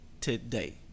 today